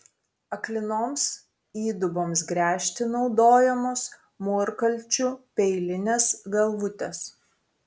aklinoms įduboms gręžti naudojamos mūrkalčių peilinės galvutės